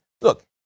look